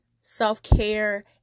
self-care